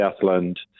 Southland